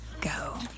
go